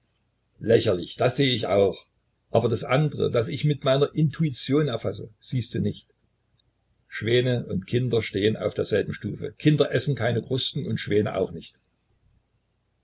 lächerlich das seh ich auch aber das andre das ich mit meiner intuition erfasse siehst du nicht schwäne und kinder stehen auf derselben stufe kinder essen keine krusten und schwäne auch nicht